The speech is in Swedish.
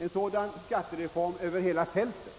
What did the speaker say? En sådan skattereform över hela fältet